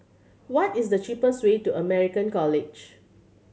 what is the cheapest way to American College